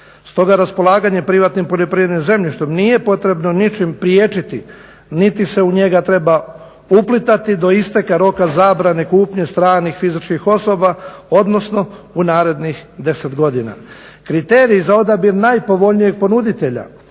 Stoga raspolaganje privatnim poljoprivrednim zemljištem nije potrebno ničim priječiti niti se u njega treba uplitati do isteka roka zabrane kupnje stranih fizičkih osoba, odnosno u narednih 10 godina. Kriteriji za odabir najpovoljnijeg ponuditelja